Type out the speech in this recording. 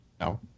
No